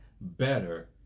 better